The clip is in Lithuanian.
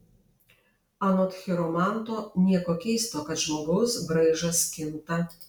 anot chiromanto nieko keisto kad žmogaus braižas kinta